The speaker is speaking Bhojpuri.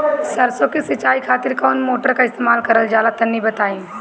सरसो के सिंचाई खातिर कौन मोटर का इस्तेमाल करल जाला तनि बताई?